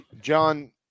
John